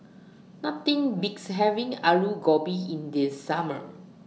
Nothing Beats having Alu Gobi in The Summer